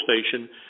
station